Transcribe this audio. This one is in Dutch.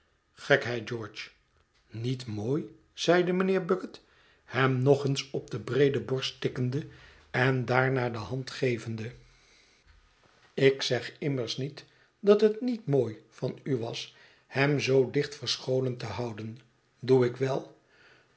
gekheid george niet mooi zeide mijnheer bucket hem nog eens op de breede borst tikkende en daarna de hand gevende ik zeg immers niet dat het niet mooi van u was hem zoo dicht verscholen te houden doe ik wel